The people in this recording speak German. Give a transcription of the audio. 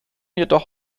jedoch